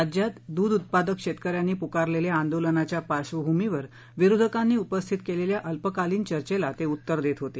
राज्यात दूध उत्पादक शेतकऱ्यांनी पुकारलेल्या आंदोलनाच्या पार्श्वभूमीवर विरोधकांनी उपस्थित केलेल्या अल्पकालीन चर्चेला ते उत्तर देत होते